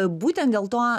būtent dėl to